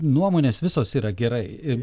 nuomonės visos yra gerai ir